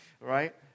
Right